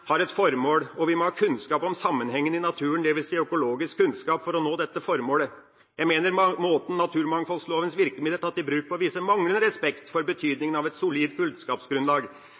har et formål, og vi må ha kunnskap om sammenhengene i naturen, dvs. økologisk kunnskap, for å nå dette formålet. Jeg mener måten naturmangfoldlovens virkemidler et tatt i bruk på viser manglende respekt for betydningen av et solid